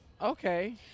Okay